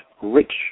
rich